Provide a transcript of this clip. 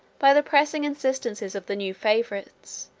by the pressing instances of the new favorites,